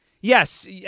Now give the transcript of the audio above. yes